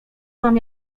wam